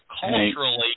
culturally